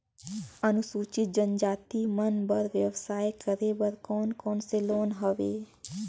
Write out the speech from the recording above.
अनुसूचित जनजाति मन बर व्यवसाय करे बर कौन कौन से लोन हवे?